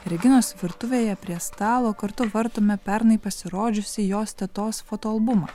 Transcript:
reginos virtuvėje prie stalo kartu vartome pernai pasirodžiusį jos tetos fotoalbumą